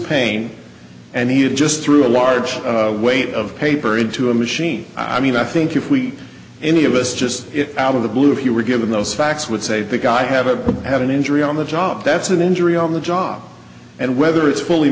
pain and he just threw a large weight of paper into a machine i mean i think if we any of us just out of the blue if you were given those facts would say the guy have a had an injury on the job that's an injury on the job and whether it's fully